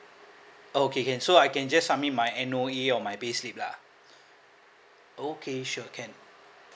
okay can so I can just submit my N_O_A or my payslip lah okay sure can